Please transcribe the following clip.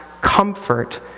comfort